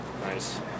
Nice